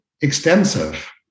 extensive